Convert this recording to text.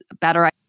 better